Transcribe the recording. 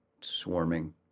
swarming